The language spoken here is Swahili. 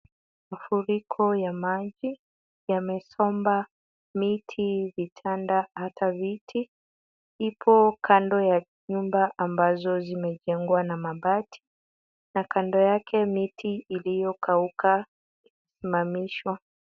Mafuriko ya maji yamesomba miti, vitanda hata viti. Ipo kando ya nyumba ambazo zimejengwa na mabati na kando yake miti iliyokauka imesimamishwa.